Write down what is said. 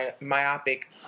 myopic